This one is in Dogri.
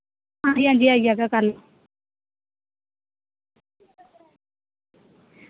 अंजी अंजी आई जाह्गा कल्ल